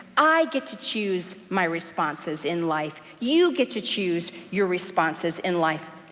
i get to choose my responses in life. you get to choose your responses in life.